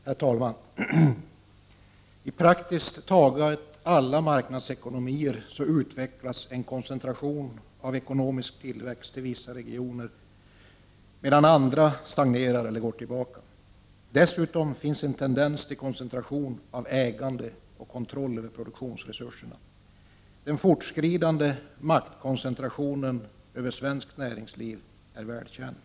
Herr talman! I praktiskt taget alla marknadsekonomier koncentreras ekonomisk tillväxt till vissa regioner, medan andra stagnerar eller går tillbaka. Dessutom finns en tendens till koncentration av ägande och kontroll över produktionsresurser. Den fortskridande koncentrationen av makt i svenskt näringsliv är väl känd.